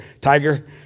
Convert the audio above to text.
tiger